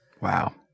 Wow